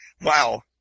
Wow